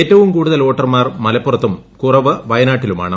ഏറ്റവും കൂടുതൽ വോട്ടർമാർ മലപ്പുറത്തും കുറവ് വയനാട്ടിലുമാണ്